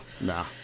nah